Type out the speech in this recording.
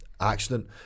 accident